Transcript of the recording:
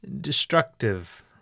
destructive